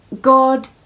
God